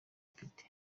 mfite